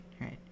Right